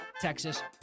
Texas